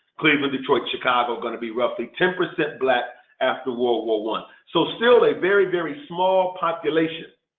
cleveland, detroit, chicago going to be roughly ten percent black after world war one so still a very, very small population.